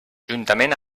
juntament